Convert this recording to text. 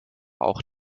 auch